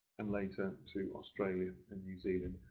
and later to australia and new zealand.